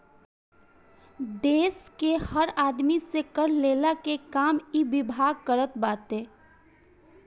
देस के हर आदमी से कर लेहला के काम इ विभाग करत बाटे